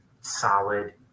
solid